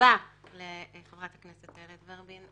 רבה לחברת הכנסת איילת ורבין,